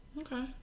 Okay